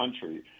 country